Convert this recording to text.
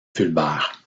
fulbert